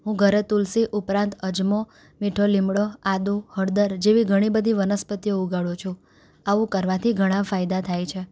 હુ ઘરે તુલસી ઉપરાંત અજમો મીઠો લીમડો આદું હળદર જેવી ઘણી બધી વનસ્પતિઓ ઉગાડું છું આવું કરવાથી ઘણા ફાયદા થાય છે